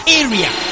area